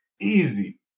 easy